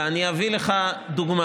ואני אביא לך דוגמה.